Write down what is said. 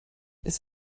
ist